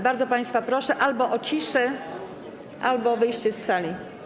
Bardzo państwa proszę albo o ciszę, albo o wyjście z sali.